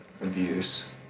abuse